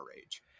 age